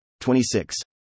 26